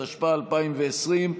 התשפ"א 2020,